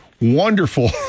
wonderful